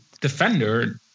defender